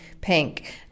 pink